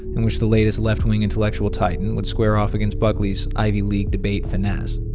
in which the latest left-wing intellectual titan would square off against buckley's ivy league debate finesse,